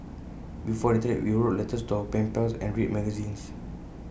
before the Internet we wrote letters to our pen pals and read magazines